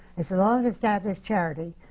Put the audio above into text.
as a long-established charity,